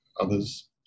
others